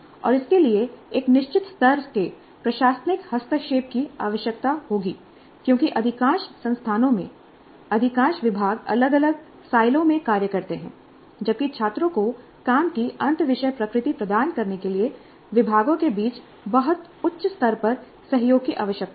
और इसके लिए एक निश्चित स्तर के प्रशासनिक हस्तक्षेप की आवश्यकता होगी क्योंकि अधिकांश संस्थानों में अधिकांश विभाग अलग अलग साइलो में कार्य करते हैं जबकि छात्रों को काम की अंतःविषय प्रकृति प्रदान करने के लिए विभागों के बीच बहुत उच्च स्तर पर सहयोग की आवश्यकता होगी